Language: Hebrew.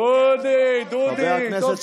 אתה רוצה שנתניהו, דודי, דודי, טוב שהגעת.